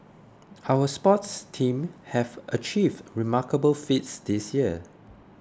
our sports teams have achieved remarkable feats this year